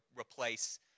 replace